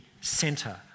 center